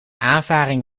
aanvaring